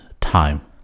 time